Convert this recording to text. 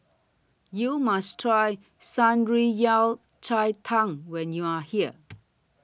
YOU must Try Shan Rui Yao Cai Tang when YOU Are here